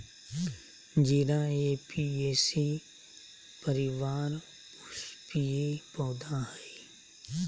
जीरा ऍपियेशी परिवार पुष्पीय पौधा हइ